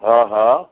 हा हा